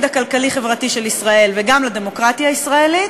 הכלכלי-חברתי של ישראל וגם לדמוקרטיה הישראלית,